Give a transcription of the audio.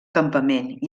campament